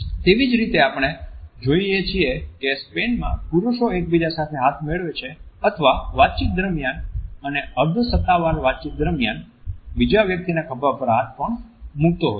તેવી જ રીતે આપણે જોઈએ છીએ કે સ્પેનમાં પુરુષો એકબીજા સાથે હાથ મેળવે છે અથવા વાતચીત દરમિયાન અને અર્ધ સત્તાવાર વાતચીત દરમિયાન બીજા વ્યક્તિના ખભા પર હાથ પણ મુકતા હોય છે